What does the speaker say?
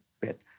bit